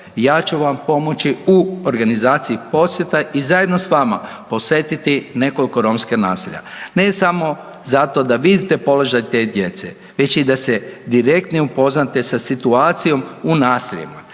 ja ću vam pomoći u organizaciji posjeta i zajedno s vama posjetiti nekoliko romskih naselja, ne samo zato da vidite položaj te djece već i da se direktnije upoznate sa situacijom u naseljima,